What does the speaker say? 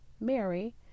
Mary